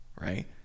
right